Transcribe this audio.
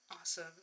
Awesome